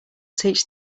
teach